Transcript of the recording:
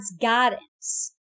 guidance